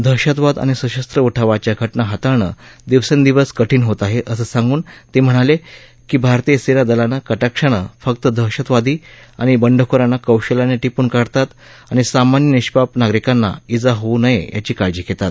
दशहतवाद आणि सशस्त्र उठावाच्या घटना हाताळणं दिवसेंदिवस कठीण होत आहे असं सांगून ते म्हणाले की भारतीय सेना दलं कटाक्षाने फक्त दहशतवादी आणि बंडखोरांना कौशल्याने टिपून काढतात आणि सामान्य निष्पाप नागरिकांना इजा होऊ नये याची काळजी घेतात